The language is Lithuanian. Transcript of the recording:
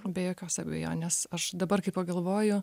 be jokios abejonės aš dabar kai pagalvoju